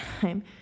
time